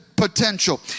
Potential